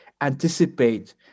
anticipate